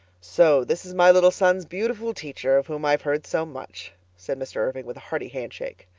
so this is my little son's beautiful teacher of whom i have heard so much, said mr. irving with a hearty handshake.